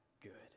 good